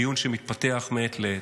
דיון שמתפתח מעת לעת.